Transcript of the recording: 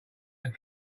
that